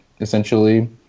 essentially